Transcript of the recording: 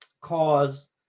cause